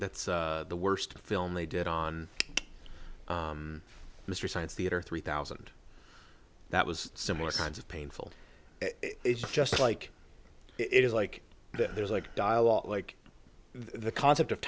that's the worst film they did on mystery science theater three thousand that was similar kinds of painful just like it is like there's like dialogue like the concept of